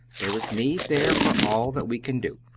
there is need there for all that we can do!